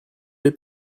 dei